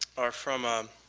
are from